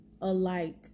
alike